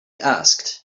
asked